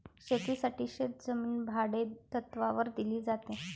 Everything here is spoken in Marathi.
शेतीसाठी शेतजमीन भाडेतत्त्वावर दिली जाते